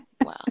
Wow